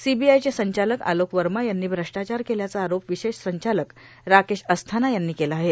सीबीआयचे संचालक आलोक वर्मा यांनी श्रष्टाचार केल्याचा आरोप विशेष संचालक राकेश अस्थाना यांनी केला आहे